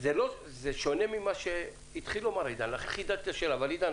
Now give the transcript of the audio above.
זה שונה ממה שהתחיל לומר עידן ולכן חידדתי את השאלה אבל עידן,